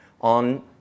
on